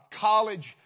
college